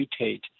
mutate